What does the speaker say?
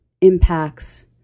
impacts